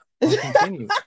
Continue